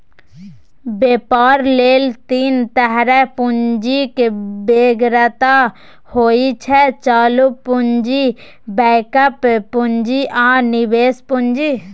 बेपार लेल तीन तरहक पुंजीक बेगरता होइ छै चालु पुंजी, बैकअप पुंजी आ निबेश पुंजी